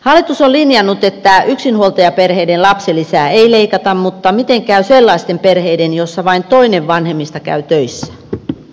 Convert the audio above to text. hallitus on linjannut että yksinhuoltajaperheiden lapsilisää ei leikata mutta miten käy sellaisten perheiden joissa vain toinen vanhemmista käy töissä